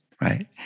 right